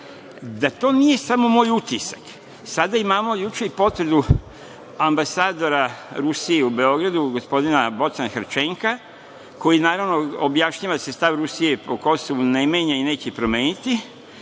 Da to nije samo moj utisak, sada imamo, juče i potvrdu ambasadora Rusije u Beogradu, gospodina, Bocana Harčenka, koji naravno objašnjava se, stav Rusije o Kosovu ne menja i neće se promeniti,